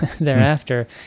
thereafter